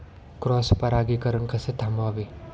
Cross परागीकरण कसे थांबवावे?